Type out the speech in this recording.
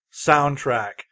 soundtrack